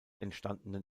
entstandenen